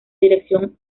dirección